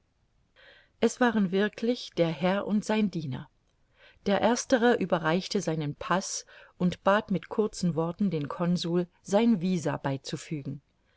es waren wirklich der herr und sein diener der erstere überreichte seinen paß und bat mit kurzen worten den consul sein visa beizufügen